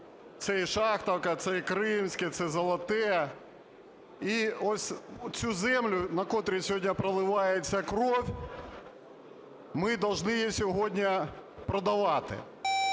це і Шахтівка, це і Кримське, це Золоте. І ось цю землю, на котрій сьогодні проливається кров, ми повинні сьогодні продавати.